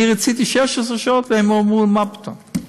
אני רציתי 16 שעות, והם אמרו: מה פתאום.